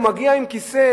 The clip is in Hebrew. הוא מגיע עם כיסא,